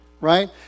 Right